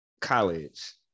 college